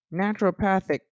naturopathic